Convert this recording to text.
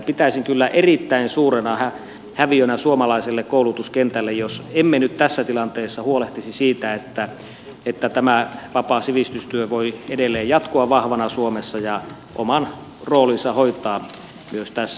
pitäisin kyllä erittäin suurena häviönä suomalaiselle koulutuskentälle jos emme nyt tässä tilanteessa huolehtisi siitä että tämä vapaa sivistystyö voi edelleen jatkua vahvana suomessa ja oman roolinsa hoitaa myös tässä